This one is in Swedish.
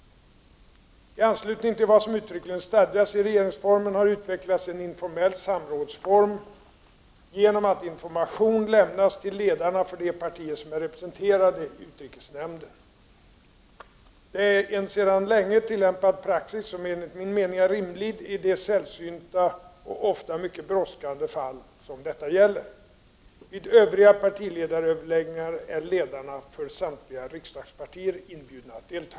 I anslutning till vad som uttryckligen stadgas i regeringsformen har utvecklats en informell samrådsform genom att information lämnas till ledarna för de partier som är representerade i utrikesnämnden. Det är en sedan länge tillämpad praxis, som enligt min mening är rimlig i de sällsynta och ofta mycket brådskande fall som detta gäller. Vid övriga partiledaröverläggningar är ledarna för samtliga riksdagspartier inbjudna att delta.